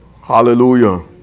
Hallelujah